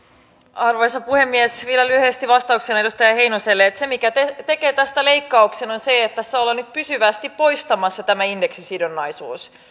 arvoisa puhemies vielä lyhyesti vastauksena edustaja heinoselle se mikä tekee tästä leikkauksen on se että tässä ollaan pysyvästi poistamassa tämä indeksisidonnaisuus